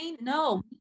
No